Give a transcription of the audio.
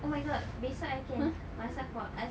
oh my god besok I can masak for us